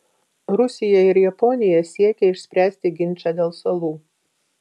rusija ir japonija siekia išspręsti ginčą dėl salų